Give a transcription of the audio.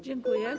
Dziękuję.